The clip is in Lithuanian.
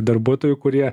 darbuotojų kurie